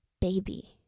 baby